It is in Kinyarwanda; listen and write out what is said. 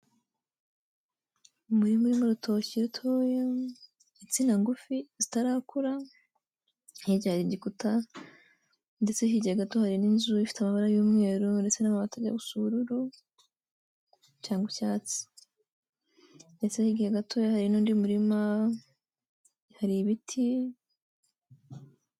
Umurima w'urutoki rutoya, insina ngufi zitarakura. Hirya hari igikuta, ndetse hirya gato hari inzu ifite amabara y'umweru ndetse n'amabati ajya gusa ubururu cyangwa icyatsi. Ndetse hirya gato hari n'undi murima, hari ibiti.